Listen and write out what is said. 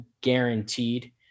guaranteed